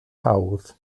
hawdd